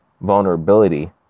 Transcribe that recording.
vulnerability